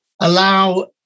allow